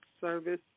service